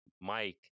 Mike